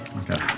okay